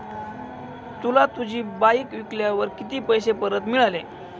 तुला तुझी बाईक विकल्यावर किती पैसे परत मिळाले?